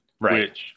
right